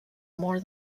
more